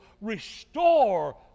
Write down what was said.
restore